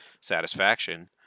satisfaction